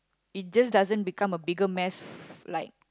it just doesn't become a bigger mess like